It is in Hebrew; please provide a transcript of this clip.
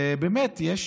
באמת, יש